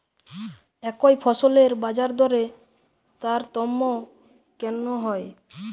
একই ফসলের বাজারদরে তারতম্য কেন হয়?